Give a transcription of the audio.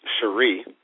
Cherie